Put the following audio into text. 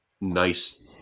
nice